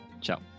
Ciao